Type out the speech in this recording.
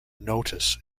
notice